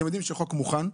אתם יודעים שחוק מוכן.